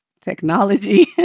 Technology